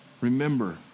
Remember